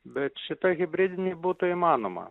bet šitą hibridinį būtų įmanoma